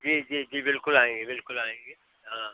जी जी जी बिल्कुल आएंगे बिल्कुल आएंगे हाँ